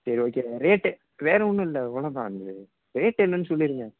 சரி okay rate வேறு ஒன்றும் இல்லை அவ்வளோதான் ரேட் என்னன்னு சொல்லிடுருங்க